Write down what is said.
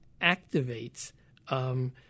activates